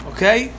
Okay